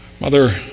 Mother